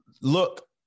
look